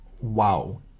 wow